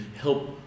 help